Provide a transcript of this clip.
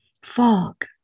Fog